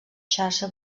xarxa